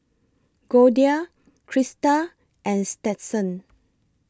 Goldia Christa and Stetson